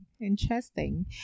Interesting